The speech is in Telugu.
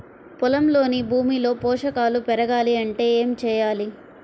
పొలంలోని భూమిలో పోషకాలు పెరగాలి అంటే ఏం చేయాలి?